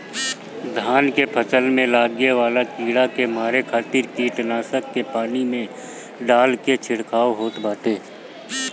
धान के फसल में लागे वाला कीड़ा के मारे खातिर कीटनाशक के पानी में डाल के छिड़काव होत बाटे